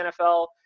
NFL